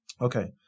Okay